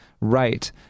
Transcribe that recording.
Right